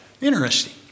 Interesting